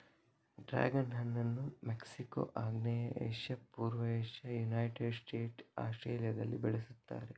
dragon ಹಣ್ಣನ್ನು Mexico, ಆಗ್ನೇಯ Asia, ಪೂರ್ವ ಏಷ್ಯಾ, ಯುನೈಟೆಡ್ ಸ್ಟೇಟ್ಸ್, ಆಸ್ಟ್ರೇಲಿಯಾದಲ್ಲಿ ಬೆಳೆಸುತ್ತಾರೆ